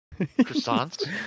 Croissants